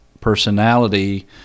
personality